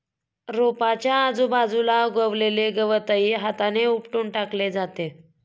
रोपाच्या आजूबाजूला उगवलेले गवतही हाताने उपटून टाकले जाते